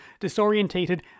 disorientated